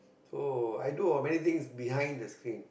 so i do many things behind the screen